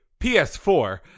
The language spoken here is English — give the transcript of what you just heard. PS4